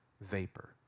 vapor